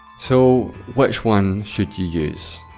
so, which one should you use?